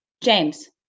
James